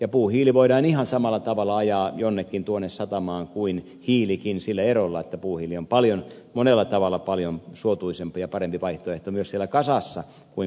ja puuhiili voidaan ihan samalla tavalla ajaa jonnekin tuonne satamaan kuin hiilikin sillä erolla että puuhiili on monella tavalla paljon suotuisampi ja parempi vaihtoehto myös siellä kasassa kuin konsanaan kivihiili